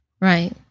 right